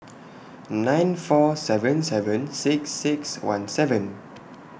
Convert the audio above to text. nine four seven seven six six one seven